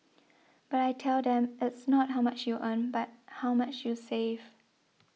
but I tell them it's not how much you earn but how much you save